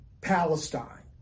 Palestine